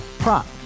Prop